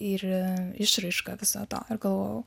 ir išraišką viso to ir galvojau